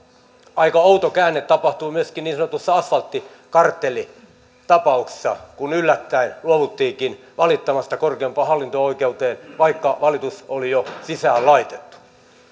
aika outo käänne tapahtui myöskin niin sanotussa asfalttikartellitapauksessa kun yllättäen luovuttiinkin valittamasta korkeimpaan hallinto oikeuteen vaikka valitus oli jo sisään laitettu herra